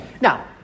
Now